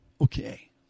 okay